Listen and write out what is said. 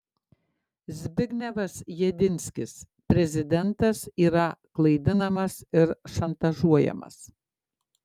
zbignevas jedinskis prezidentas yra klaidinamas ir šantažuojamas